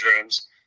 rooms